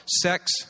sex